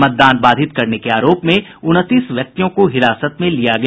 मतदान बाधित करने के आरोप में उनतीस व्यक्तियों को हिरासत में लिया गया